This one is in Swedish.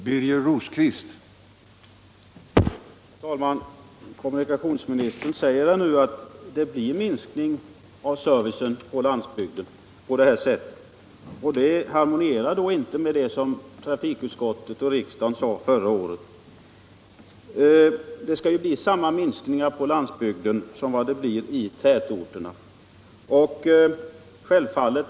Herr talman! Kommunikationsministern säger nu att det blir minskad service på landsbygden. Det kan inte harmoniera med vad trafikutskottet och riksdagen sade förra året. Det skall bli samma minskning på landsbygden som i tätorterna.